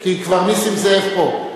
כי כבר נסים זאב פה.